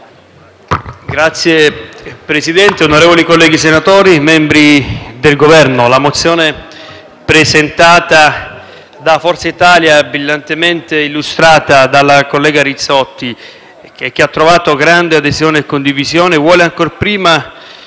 Signor Presidente, onorevoli senatori, membri del Governo, la mozione presentata da Forza Italia, brillantemente illustrata dalla collega Rizzotti, che ha trovato grande adesione e condivisione, ancor prima